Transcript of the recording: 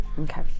Okay